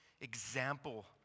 example